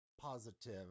positive